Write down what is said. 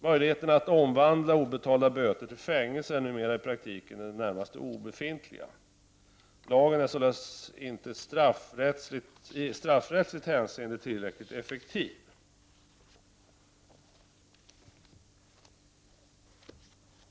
Möjligheten att omvandla obetalda böter till fängelse är numera i praktiken närmast obefintlig. Lagen är således i straffrättsligt hänseende inte tillräckligt effektiv.